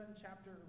chapter